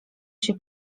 się